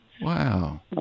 Wow